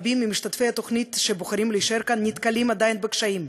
רבים ממשתתפי התוכנית שבוחרים להישאר כאן נתקלים עדיין בקשיים